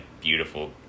beautiful